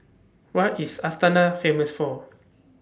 What IS Astana Famous For